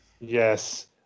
Yes